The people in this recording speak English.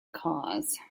cause